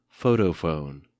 photophone